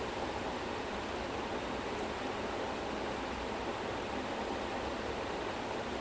that was ya see that's the thing though like iron man is like the bedrock of Marvel